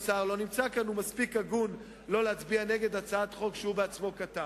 כי הוא מספיק הגון לא להצביע נגד הצעת חוק שהוא עצמו כתב.